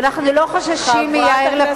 ואנחנו לא חוששים מיאיר לפיד,